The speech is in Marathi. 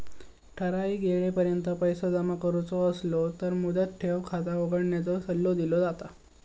ठराइक येळेपर्यंत पैसो जमा करुचो असलो तर मुदत ठेव खाता उघडण्याचो सल्लो दिलो जाता